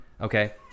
okay